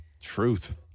Truth